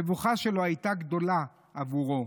המבוכה שלו הייתה גדולה עבורו,